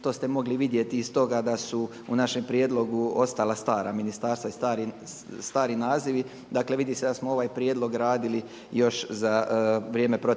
To ste mogli vidjeti iz toga da su u našem prijedlogu ostala stara ministarstva i stari nazivi. Dakle, vidi se da smo ovaj prijedlog radili još za vrijeme protekle